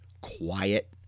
quiet